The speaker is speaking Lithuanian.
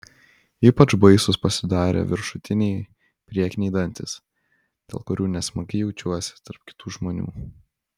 ypač baisūs pasidarė viršutiniai priekiniai dantys dėl kurių nesmagiai jaučiuosi tarp kitų žmonių